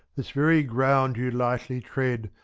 this very ground you lightly tread,